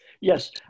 yes